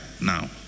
now